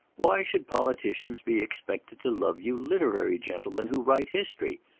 why should politicians be expected to love you literary gentlemen who write history.